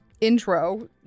intro